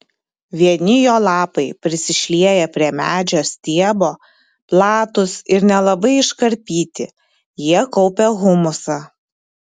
vieni jo lapai prisišlieję prie medžio stiebo platūs ir nelabai iškarpyti jie kaupia humusą